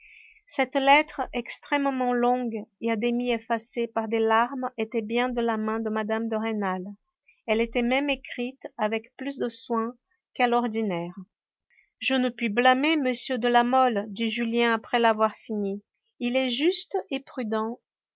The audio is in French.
cette lettre extrêmement longue et à demi effacée par des larmes était bien de la main de mme de rênal elle était même écrite avec plus de soin qu'à l'ordinaire je ne puis blâmer m de la mole dit julien après l'avoir finie il est juste et prudent